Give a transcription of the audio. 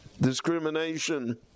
discrimination